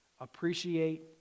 appreciate